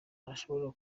ntashobora